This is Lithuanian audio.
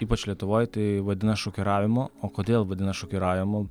ypač lietuvoj tai vadina šokiravimu o kodėl vadina šokiravimu